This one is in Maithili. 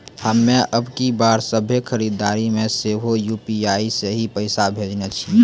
हम्मे अबकी बार सभ्भे खरीदारी मे सेहो यू.पी.आई से ही पैसा भेजने छियै